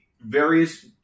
various